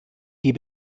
die